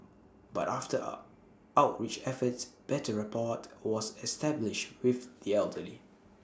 but after up outreach efforts better rapport was established with the elderly